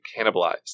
cannibalized